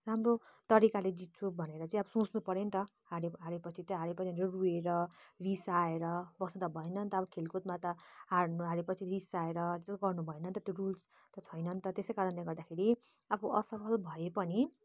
राम्रो तरिकाले जित्छु भनेर चाहिँ अब सोच्नु पऱ्यो नि त हाऱ्यो हारेपछि तै हारेँ रोएर रिसाएर बस्नु त भएन नि त अब खेलकुदमा त हार्नु हाऱ्योपछि रिसाएर जो गर्नु भएन नि त त्यो रुल्स छैन नि त त्यसै कारणले गर्दाखेरि आफू असफल भए पनि